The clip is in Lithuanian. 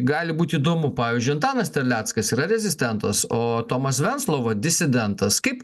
gali būt įdomu pavyzdžiui antanas terleckas yra rezistentas o tomas venclova disidentas kaip